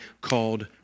called